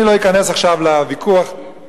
אני לא אכנס עכשיו לוויכוח, אם